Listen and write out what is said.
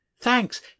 Thanks